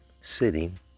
sitting